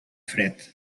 fred